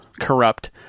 corrupt